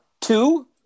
two